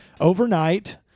overnight